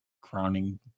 Crowning